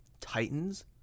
Titans